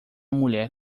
mulher